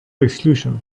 exclusion